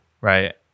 right